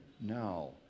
now